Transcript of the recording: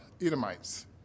Edomites